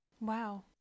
Wow